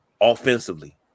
offensively